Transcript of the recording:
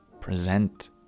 present